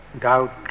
Doubt